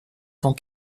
tant